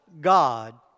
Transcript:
God